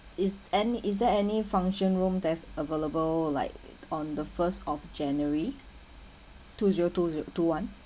is and is there any function room that's available like on the first of january two zero two zero two one